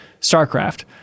StarCraft